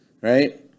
right